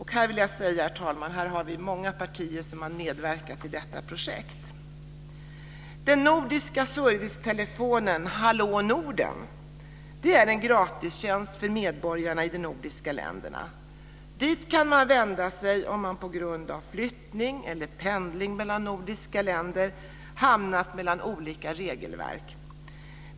Här vill jag säga, herr talman, att det är många partier som har medverkat i detta projekt. Dit kan man vända sig om man på grund av flyttning eller pendling mellan de nordiska länderna hamnat mellan olika regelverk.